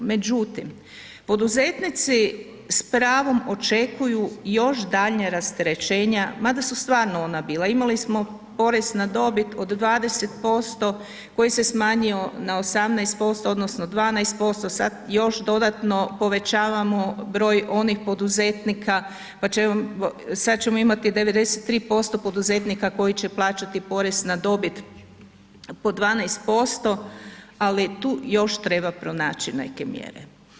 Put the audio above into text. Međutim, poduzetnici s pravom očekuju još daljnje rasterećenja, ma da su stvarno ona bila, imali smo porez na dobit od 20% koji se smanjio na 18%, odnosno 12%, sad još dodatno povećavamo broj onih poduzetnika pa ćemo sad ćemo imati 93% poduzetnika koji će plaćati porez na dobit po 12%, ali tu još treba pronaći neke mjere.